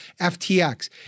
FTX